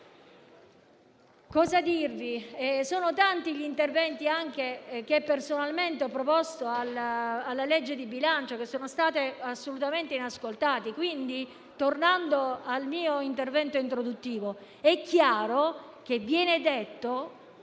Sono tanti gli interventi che anche personalmente ho proposto alla legge di bilancio e che sono rimasti assolutamente inascoltati. Quindi, tornando al mio intervento introduttivo, è chiaro che viene detto di